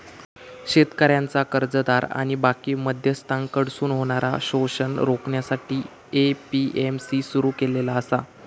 शेतकऱ्यांचा कर्जदार आणि बाकी मध्यस्थांकडसून होणारा शोषण रोखण्यासाठी ए.पी.एम.सी सुरू केलेला आसा